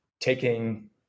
taking